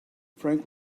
frank